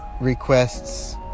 requests